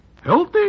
Healthy